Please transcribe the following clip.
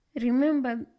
remember